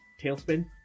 tailspin